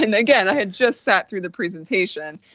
and again, i had just sat through the presentation.